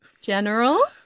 general